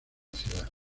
ciudad